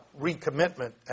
recommitment